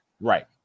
Right